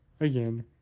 again